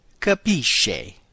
capisce